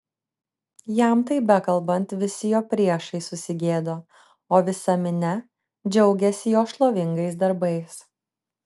jam tai bekalbant visi jo priešai susigėdo o visa minia džiaugėsi jo šlovingais darbais